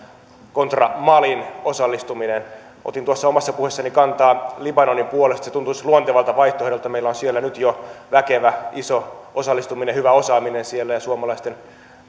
kontra malin osallistuminen otin tuossa omassa puheessani kantaa libanonin puolesta se tuntuisi luontevalta vaihtoehdolta meillä on nyt jo väkevä iso osallistuminen ja hyvä osaaminen siellä ja suomalaisten